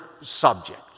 subject